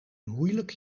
moeilijk